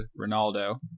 Ronaldo